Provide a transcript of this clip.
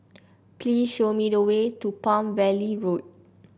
please show me the way to Palm Valley Road